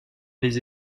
les